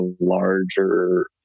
larger